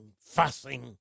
fussing